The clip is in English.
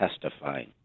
testifying